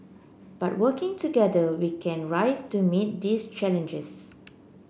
but working together we can rise to meet these challenges